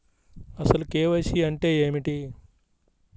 అసలు కే.వై.సి అంటే ఏమిటి?